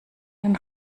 den